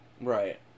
Right